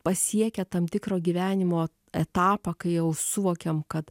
pasiekę tam tikro gyvenimo etapą kai jau suvokiam kad